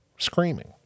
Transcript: screaming